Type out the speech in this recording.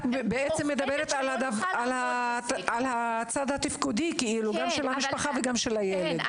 את מדברת על הצד התפקודי של המשפחה ושל הילד.